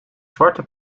zwarte